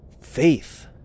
faith